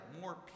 more